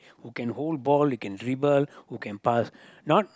who can hold ball who can dribble who can pass not